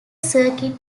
circuit